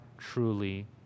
truly